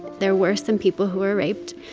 there were some people who were raped.